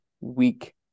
week